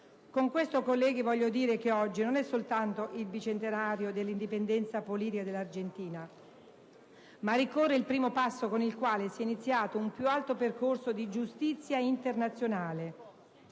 Con questo, colleghi, voglio dire che oggi non è soltanto il bicentenario dell'indipendenza politica dell'Argentina, ma ricorre il primo passo con il quale si è iniziato un più alto percorso di giustizia internazionale,